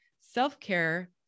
self-care